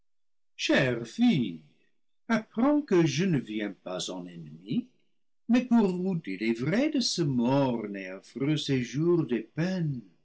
apprends que je ne viens pas en ennemi mais pour vous délivrer de ce morne et affreux séjour des peines